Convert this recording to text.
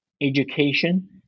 education